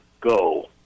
go